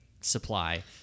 supply